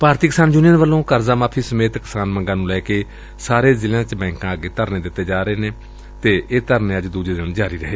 ਭਾਰਤੀ ਕਿਸਾਨ ਯੂਨੀਅਨ ਵੱਲੋਂ ਕਰਜ਼ਾ ਮਾਫ਼ੀ ਸਮੇਤ ਕਿਸਾਨ ਮੰਗਾਂ ਨੂੰ ਲੈ ਕੇ ਸਾਰੇ ਜ਼ਿਲ੍ਹਿਆਂ 'ਚ ਬੈ'ਕਾਂ ਅੱਗੇ ਦਿੱਤੇ ਜਾ ਰਹੇ ਧਰਨੇ ਅੱਜ ਦੁਜੇ ਦਿਨ ਵੀ ਜਾਰੀ ਰਹੇ